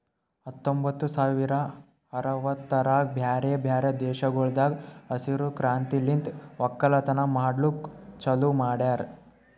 ಹತ್ತೊಂಬತ್ತು ಸಾವಿರ ಅರವತ್ತರಾಗ್ ಬ್ಯಾರೆ ಬ್ಯಾರೆ ದೇಶಗೊಳ್ದಾಗ್ ಹಸಿರು ಕ್ರಾಂತಿಲಿಂತ್ ಒಕ್ಕಲತನ ಮಾಡ್ಲುಕ್ ಚಾಲೂ ಮಾಡ್ಯಾರ್